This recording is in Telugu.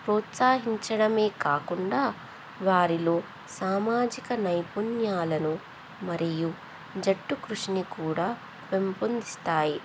ప్రోత్సహించడమే కాకుండా వారిలో సామాజిక నైపుణ్యాలను మరియు జట్టు కృషిని కూడా పెంపొందిస్తాయి